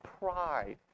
pride